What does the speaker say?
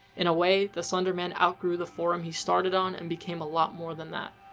in a way, the slender man outgrew the forum he started on and became a lot more than that.